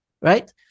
right